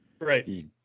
Right